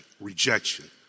Rejection